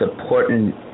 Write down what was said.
important